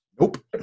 Nope